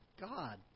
God